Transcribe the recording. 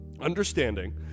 Understanding